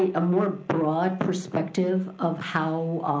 a more broad perspective of how